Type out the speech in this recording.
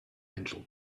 angel